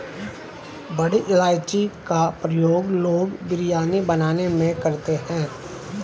बड़ी इलायची का प्रयोग लोग बिरयानी बनाने में करते हैं